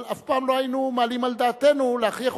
אף פעם לא היינו מעלים על דעתנו להכריח